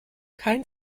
kein